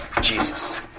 Jesus